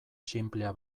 sinplea